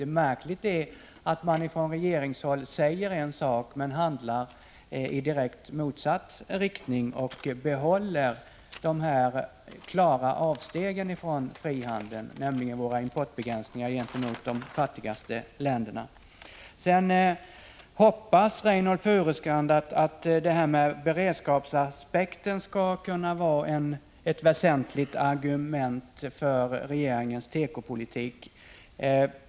Det märkliga är att man från regeringshåll säger en sak men handlar annorlunda och vidhåller de klara avsteg från frihandeln, som våra importbegränsningar gentemot de fattigaste länderna utgör. Sedan hoppas Reynoldh Furustrand att beredskapsaspekten skall kunna vara ett väsentligt argument för regeringens tekopolitik.